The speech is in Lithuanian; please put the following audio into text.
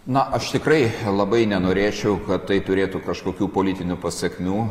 na aš tikrai labai nenorėčiau kad tai turėtų kažkokių politinių pasekmių